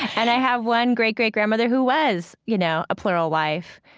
and i have one great-great-grandmother who was, you know, a plural wife.